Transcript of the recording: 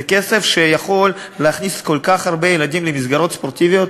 זה כסף שיכול להכניס כל כך הרבה ילדים למסגרות ספורטיביות,